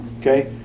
Okay